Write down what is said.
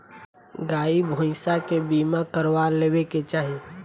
गाई भईसा के बीमा करवा लेवे के चाही